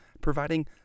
providing